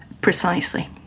Precisely